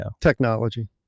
Technology